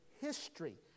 history